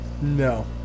No